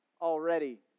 already